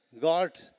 God